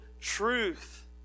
truth